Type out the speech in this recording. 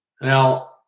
Now